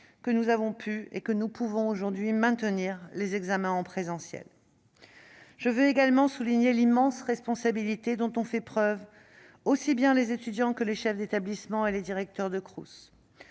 nous avons pu et nous pouvons aujourd'hui maintenir les examens en présentiel. Je veux également souligner l'immense sens des responsabilités dont ont fait preuve autant les étudiants que les chefs d'établissements et les directeurs de Crous.